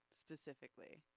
specifically